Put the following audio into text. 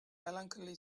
melancholy